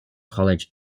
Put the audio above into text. college